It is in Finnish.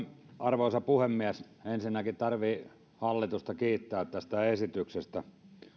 arvoisa puhemies ensinnäkin tarvitsee hallitusta kiittää tästä esityksestä